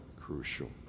crucial